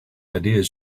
ideas